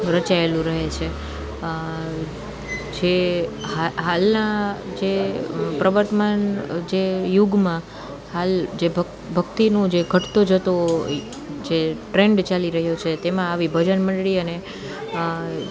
રચાયેલું રહે છે જે હાલના જે પ્રવર્તમાન જે યુગમાં હાલ જે ભક્તિનો જે ઘટતો જતો જે ટ્રેન્ડ ચાલી રહ્યો છે તેમાં આવી ભજન મંડળી અને